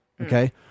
Okay